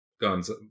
guns